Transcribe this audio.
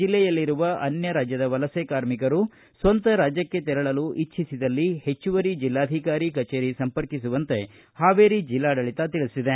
ಜಿಲ್ಲೆಯಲ್ಲಿರುವ ಅನ್ಯ ರಾಜ್ಡದ ವಲಸೆ ಕಾರ್ಮಿಕರು ಸ್ವಂತ ರಾಜ್ಯಕ್ಕೆ ತೆರಳಲು ಇಜ್ಜಿಸಿದಲ್ಲಿ ಹೆಚ್ಚುವರಿ ಜೆಲ್ಲಾಧಿಕಾರಿ ಕಚೇರಿ ಸಂಪರ್ಕಿಸುವಂತೆ ಹಾವೇರಿ ಜೆಲ್ಲಾಡಳಿತ ತಿಳಿಸಿದೆ